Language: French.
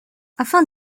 afin